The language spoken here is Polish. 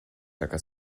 taka